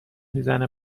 میزنه